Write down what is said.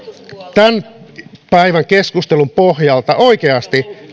tämän päivän keskustelun pohjalta oikeasti